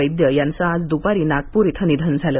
वैद्य यांचं आज दुपारी नागपूर इथं निधन झालं